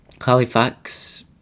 halifax